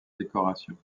décoration